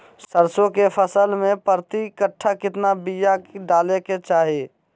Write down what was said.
सरसों के फसल में प्रति कट्ठा कितना बिया डाले के चाही?